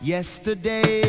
Yesterday